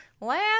Lamb